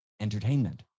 Entertainment